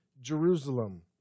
Jerusalem